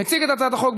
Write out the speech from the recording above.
מציג את הצעת החוק,